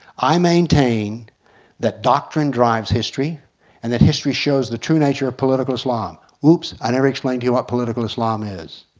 i maintain that doctrine drives history and that history shows the true nature of political islam. i never explained to you what political islam is.